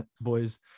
boys